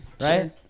Right